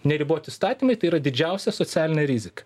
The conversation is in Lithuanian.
neriboti įstatymai tai yra didžiausia socialinė rizika